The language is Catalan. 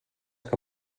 que